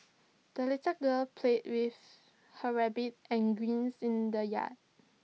the little girl played with her rabbit and greens in the yard